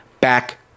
back